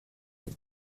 heck